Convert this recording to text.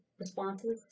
responses